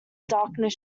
darkness